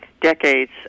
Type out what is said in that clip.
decades